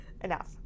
enough